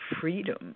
freedom